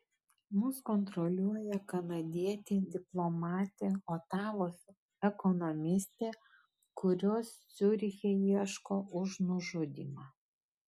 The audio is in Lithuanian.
mus kontroliuoja kanadietė diplomatė otavos ekonomistė kurios ciuriche ieško už nužudymą